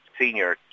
senior